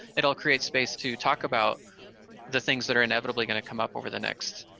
it'll create space to talk about the things that are inevitably going to come up over the next